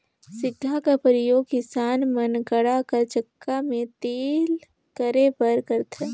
सिगहा कर परियोग किसान मन गाड़ा कर चक्का मे तेल करे बर करथे